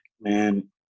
man